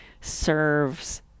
serves